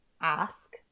ask